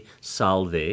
Salve